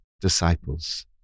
disciples